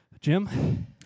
Jim